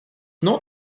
not